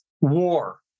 war